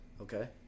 Okay